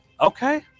Okay